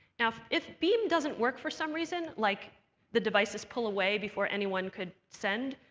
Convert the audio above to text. now, if beam doesn't work for some reason, like the devices pull away before anyone could send,